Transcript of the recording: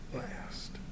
last